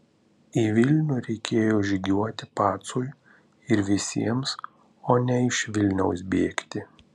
į vilnių reikėjo žygiuoti pacui ir visiems o ne iš vilniaus bėgti